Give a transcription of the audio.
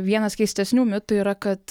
vienas keistesnių mitų yra kad